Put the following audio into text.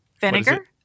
Vinegar